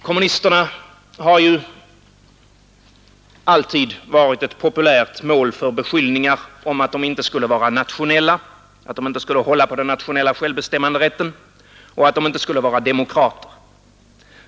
Kommunisterna har ju alltid varit ett populärt mål för beskyllnihgar 11 att de inte skulle vara nationella, att de inte skulle hålla på den nationella självbestämmanderätten och att de inte skulle vara demokrater.